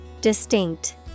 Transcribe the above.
Distinct